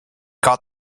got